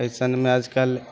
फैशनमे आजकल